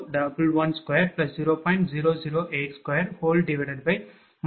0082| 0